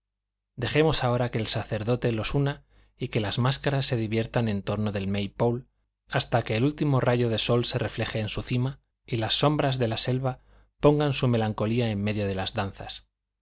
dejemos ahora que el sacerdote los una y que las máscaras se diviertan en torno del may pole hasta que el último rayo del sol se refleje en su cima y las sombras de la selva pongan su melancolía en medio de las danzas